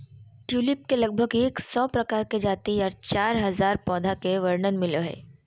tulip के लगभग एक सौ प्रकार के जाति आर चार हजार पौधा के वर्णन मिलो हय